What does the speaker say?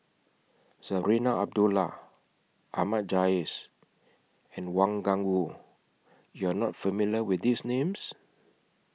Zarinah Abdullah Ahmad Jais and Wang Gungwu YOU Are not familiar with These Names